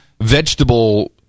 vegetable